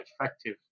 effective